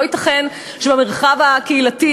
לא ייתכן שבמרחב הקהילתי,